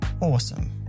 awesome